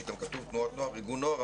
שגם כתוב תנועות נוער וארגוני נוער,